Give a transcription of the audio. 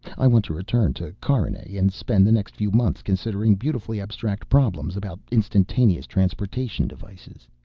i want to return to carinae and spend the next few months considering beautifully abstract problems about instantaneous transportation devices.